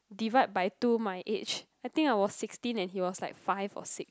divide by two my age I think I was sixteen and he was like five or six